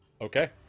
Okay